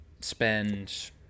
spend